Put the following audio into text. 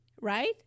right